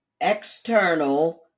external